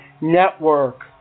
Network